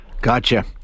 Gotcha